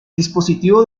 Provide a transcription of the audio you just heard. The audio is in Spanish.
dispositivo